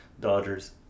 Dodgers